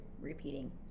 repeating